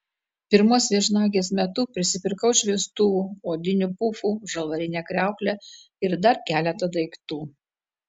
pirmos viešnagės metu prisipirkau šviestuvų odinių pufų žalvarinę kriauklę ir dar keletą daiktų